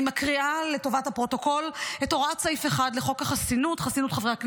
אני מקריאה לטובת הפרוטוקול את הוראת סעיף 1 לחוק חסינות חברי הכנסת,